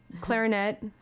clarinet